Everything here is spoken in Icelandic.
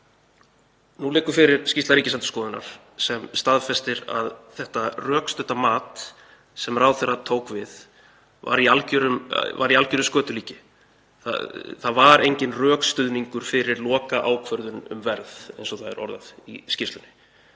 Nú liggur fyrir skýrsla Ríkisendurskoðunar sem staðfestir að þetta rökstudda mat sem ráðherrann tók við var í algeru skötulíki. Það var enginn rökstuðningur fyrir lokaákvörðun um verð, eins og það er orðað í skýrslunni.